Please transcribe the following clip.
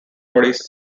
bodies